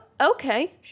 okay